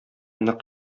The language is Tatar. нык